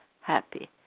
happy